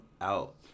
out